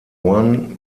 one